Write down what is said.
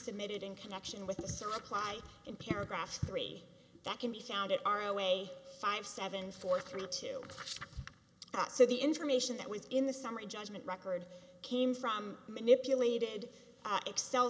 submitted in connection with some apply in paragraph three that can be found at our away five seven four three two so the information that was in the summary judgment record came from manipulated excel